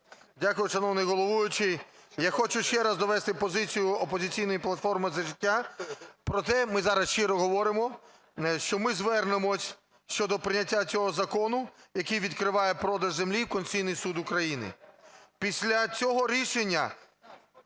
Дякую, шановний головуючий. Я хочу ще раз довести позицію "Опозиційної платформи - За життя". Про те ми зараз щиро говоримо, що ми звернемось щодо прийняття цього закону, який відкриває продаж землі, в Конституційний Суд України.